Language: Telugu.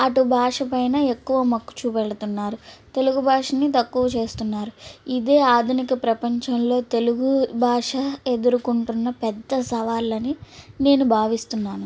అటు భాష పైన ఎక్కువ మక్కువ చూపెడుతున్నారు తెలుగు భాషని తక్కువ చేస్తున్నారు ఇదే ఆధునిక ప్రపంచంలో తెలుగు భాష ఎదుర్కొంటున్న పెద్ద సవాల్ అని నేను భావిస్తున్నాను